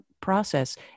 process